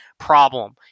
problem